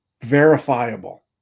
verifiable